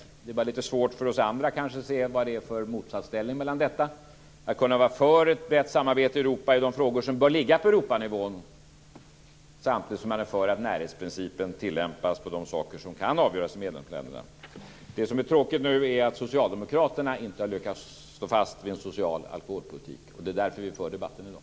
Det är bara lite svårt för oss andra att se motsatsförhållandet i detta, att kunna vara för ett brett samarbete i Europa i de frågor som bör ligga på Europanivå samtidigt som man är för att närhetsprincipen tillämpas på de frågor som kan avgöras av medlemsländerna själva. Det som är tråkigt är att socialdemokraterna inte har lyckats stå fast vid en social alkoholpolitik. Det är därför som vi för den här debatten i dag.